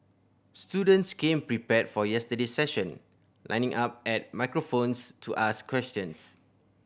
students came prepared for yesterday's session lining up at microphones to ask questions